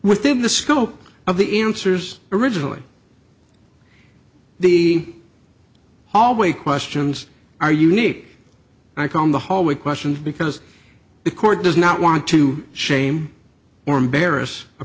within the scope of the answers originally the hallway questions are you need i call in the hallway questions because the court does not want to shame or embarrass a